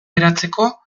eratzeko